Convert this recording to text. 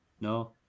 no